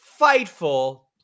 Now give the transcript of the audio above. Fightful